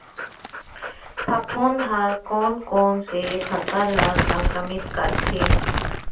फफूंद ह कोन कोन से फसल ल संक्रमित करथे?